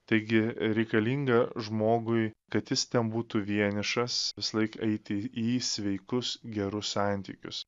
taigi reikalinga žmogui kad jis ten būtų vienišas visąlaik eiti į sveikus gerus santykius